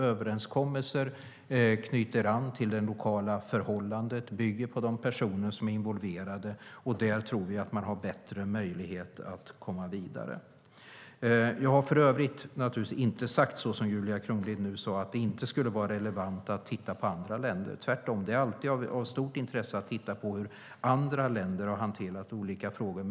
Överenskommelser knyter nämligen an till det lokala förhållandet och bygger på de personer som är involverade. Där tror vi att man har bättre möjlighet att komma vidare. Jag har för övrigt naturligtvis inte sagt, som Julia Kronlid nu sade, att det inte skulle vara relevant att titta på andra länder. Tvärtom - det är alltid av stort intresse att titta på hur andra länder har hanterat olika frågor.